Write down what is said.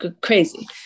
crazy